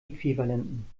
äquivalenten